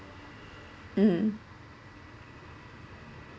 mmhmm